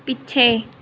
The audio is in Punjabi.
ਪਿੱਛੇ